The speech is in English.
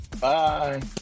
Bye